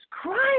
Christ